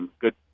good